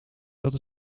dat